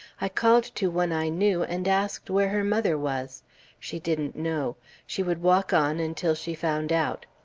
i called to one i knew, and asked where her mother was she didn't know she would walk on until she found out.